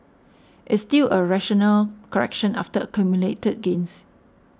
it's still a rational correction after accumulated gains